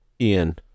Ian